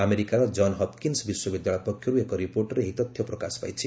ଆମେରିକାର John Hopkins ବିଶ୍ୱବିଦ୍ୟାଳୟ ପକ୍ଷରୁ ଏକ ରିପୋର୍ଟରେ ଏହି ତଥ୍ୟ ପ୍ରକାଶ ପାଇଛି